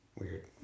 Weird